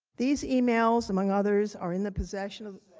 these emails among others are in the possession. oh.